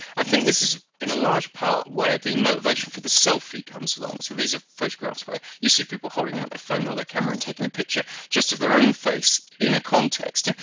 i think this is in a large part where the motivation for the selfie comes along. so these are photographs where you see people holding out their phone or their camera and taking a picture, just of their own face, in a context. and